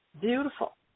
Beautiful